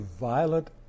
violent